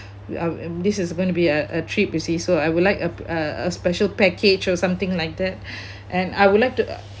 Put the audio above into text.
uh this is going to be a a trip you see so I would like a a special package or something like that and I would like to